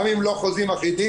גם אם לא חוזים אחידים,